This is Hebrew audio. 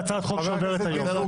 הצעת חוק של --- חבר הכנסת גינזבורג,